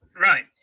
Right